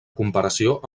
comparació